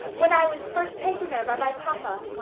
when i was first taken there by my papa.